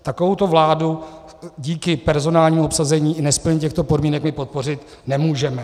Takovouto vládu díky personálnímu obsazení i nesplnění těchto podmínek, my podpořit nemůžeme.